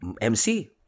MC